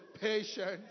Patience